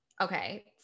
Okay